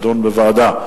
לדון בוועדה,